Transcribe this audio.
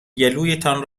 گلویتان